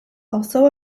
also